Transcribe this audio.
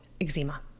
eczema